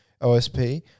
OSP